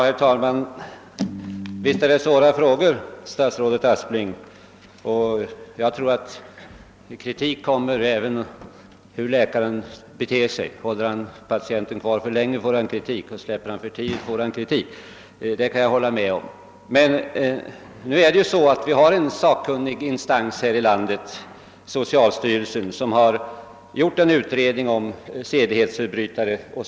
Herr talman! Visst är det svåra frågor, statsrådet Aspling! Och jag tror inte att läkaren kommer ifrån kritik, hur han än beter sig. Håller läkaren kvar patienten för länge får han kritik, och släpper han patienten för tidigt får han kritik för det. Men, herr statsråd, vi har en sakkun nig instans här i landet, socialstyrelsen, som gjort en utredning om sedlighetsförbrytare.